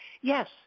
Yes